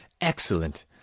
Excellent